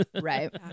Right